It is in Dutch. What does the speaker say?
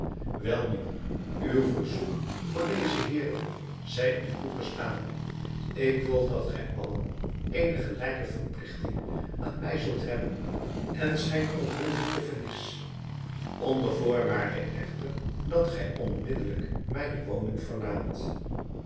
welnu uw verzoek voor deze heeren zij u toegestaan ik wil dat gij allen eene gelijke verpligting aan mij zult hebben en schenk ook hun vergiffenis onder voorwaarde echter dat gij onmiddelijk mijne woning verlaat